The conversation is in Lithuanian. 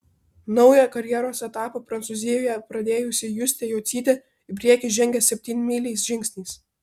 naują karjeros etapą prancūzijoje pradėjusi justė jocytė į priekį žengia septynmyliais žingsniais